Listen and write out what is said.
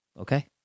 okay